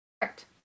Correct